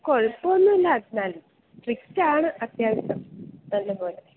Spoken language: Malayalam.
കുഴപ്പം ഒന്നും ഇല്ല നല്ല സ്ട്രിക്റ്റ് ആണ് അത്യാവശ്യം നല്ലപോലെ